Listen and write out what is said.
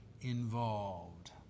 involved